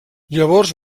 llavors